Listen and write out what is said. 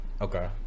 Okay